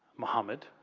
mohammed,